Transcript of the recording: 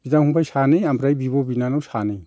बिदा फंबाइ सानै आमफ्राय बिब' बिनानाव सानै